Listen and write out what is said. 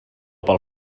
pel